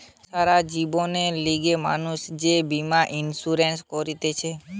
সারা জীবনের লিগে মানুষ যে বীমা ইন্সুরেন্স করতিছে